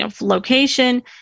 location